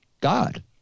God